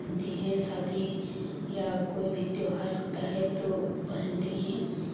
पहनती हैं शादी या कोई भी त्योहार होता है तो पहनती हैं